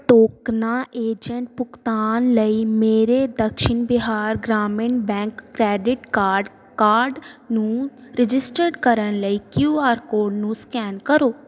ਟੋਕਨਾਏਜੈਂਟ ਭੁਗਤਾਨ ਲਈ ਮੇਰੇ Dakshin Bihar Gramin bank credit card card ਨੂੰ ਰਜਿਸਟਰ ਕਰਨ ਲਈ ਕਿਊ ਆਰ ਕੋਡ ਨੂੰ ਸਕੈਨ ਕਰੋ